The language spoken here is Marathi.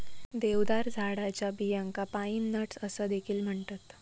देवदार झाडाच्या बियांका पाईन नट्स असा देखील म्हणतत